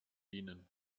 dienen